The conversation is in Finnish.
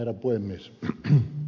arvoisa herra puhemies